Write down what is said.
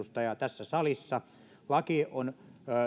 satakuusikymmentäseitsemän kansanedustajaa tässä salissa laki on